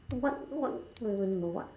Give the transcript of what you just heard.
what what don't even know what